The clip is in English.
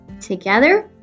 Together